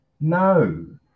no